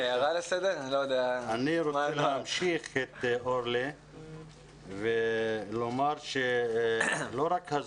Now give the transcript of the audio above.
אני רוצה להמשיך את אורלי ולומר שהזוי